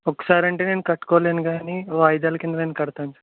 ఒక్క సారంటే నేను కట్టుకోలేనుకాని వాయిదాల కింద నేను కడతాను సార్